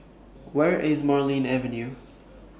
Where IS Marlene Avenue